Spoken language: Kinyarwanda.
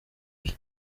bye